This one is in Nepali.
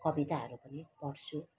कविताहरू पनि पढ्छु